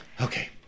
Okay